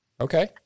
Okay